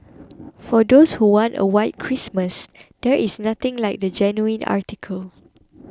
for those who want a white Christmas there is nothing like the genuine article